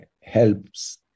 helps